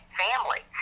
family